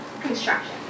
construction